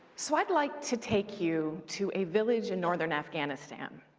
so i'd like to take you to a village in northern afghanistan,